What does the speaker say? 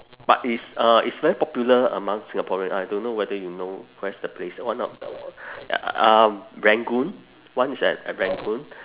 but it is uh it's very popular among singaporean I don't know whether you know where's the place one of uh rangoon one is at at rangoon